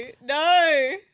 No